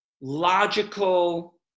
logical